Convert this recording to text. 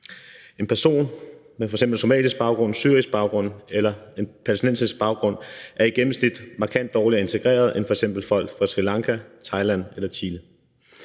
Personer med f.eks. somalisk baggrund, syrisk baggrund eller palæstinensisk baggrund er i gennemsnit markant dårligere integreret end f.eks. folk fra Sri Lanka, Thailand eller Chile.